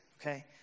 okay